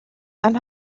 and